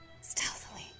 Stealthily